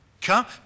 Come